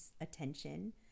attention